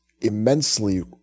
immensely